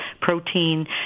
protein